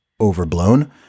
overblown